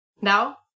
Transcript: Now